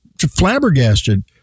flabbergasted